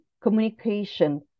communication